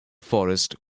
forest